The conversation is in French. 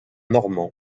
normand